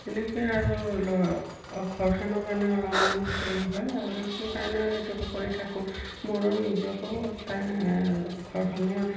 এনেকৈ আৰু ল ঘৰখনৰ কাৰণে অলপমান হেৰি হয় আৰু এইটো কাৰণেটো কৰি থাকোঁ মোৰো নিজকো তা ঘৰখনৰ